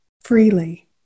freely